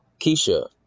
Keisha